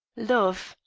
love,